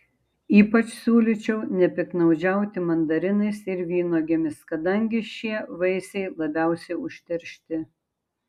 ypač siūlyčiau nepiktnaudžiauti mandarinais ir vynuogėmis kadangi šie vaisiai labiausiai užteršti